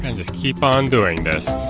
and just keep on doing this.